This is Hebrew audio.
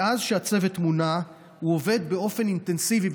מאז שהצוות מונה הוא עובד באופן אינטנסיבי,